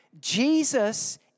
Jesus